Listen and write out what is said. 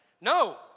No